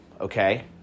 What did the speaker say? okay